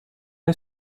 est